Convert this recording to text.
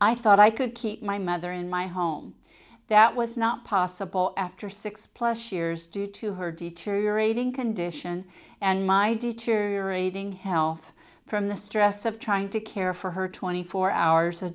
i thought i could keep my mother in my home that was not possible after six plus years due to her detour your aging condition and my deteriorating health from the stress of trying to care for her twenty four hours a